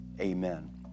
amen